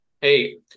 Hey